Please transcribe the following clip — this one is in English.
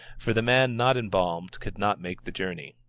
for the man not embalmed could not make the journey.